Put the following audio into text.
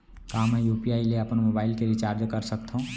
का मैं यू.पी.आई ले अपन मोबाइल के रिचार्ज कर सकथव?